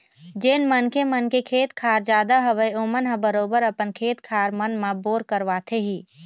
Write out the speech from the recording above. जेन मनखे मन के खेत खार जादा हवय ओमन ह बरोबर अपन खेत खार मन म बोर करवाथे ही